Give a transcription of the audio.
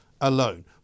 alone